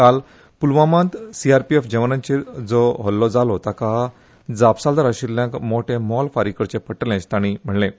काल पुलवामांत सीआरपीएफ जवानांचेर जो हल्लो जालो ताका जापसालदार आशिल्यांक मोठें मोल फारीक करचें पडटलें अशें तांणी म्हणलें